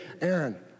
Aaron